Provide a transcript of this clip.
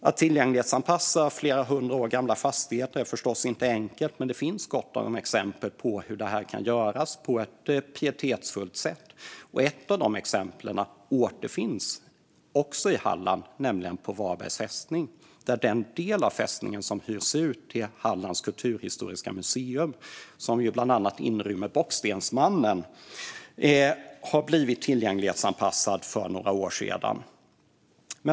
Att tillgänglighetsanpassa flera hundra år gamla fastigheter är förstås inte enkelt, men det finns gott om exempel på hur det kan göras på ett pietetsfullt sätt. Ett av de exemplen återfinns också i Halland, nämligen på Varbergs fästning. Den del av fästningen som hyrs ut till Hallands kulturhistoriska museum, som bland annat inrymmer Bockstensmannen, blev tillgänglighetsanpassad för några år sedan.